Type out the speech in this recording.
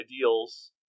ideals